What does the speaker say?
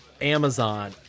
Amazon